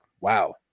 wow